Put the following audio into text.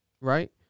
right